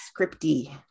scripty